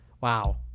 Wow